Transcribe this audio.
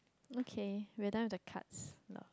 okay we have done with the cards